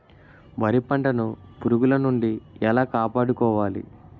వరి పంటను పురుగుల నుండి ఎలా కాపాడుకోవాలి?